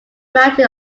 mounted